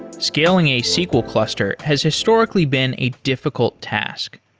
scaling a sql cluster has historically been a difficult task.